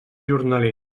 jornaler